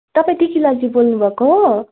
तपाईँ टिकिला आजी बोल्नुभएको हो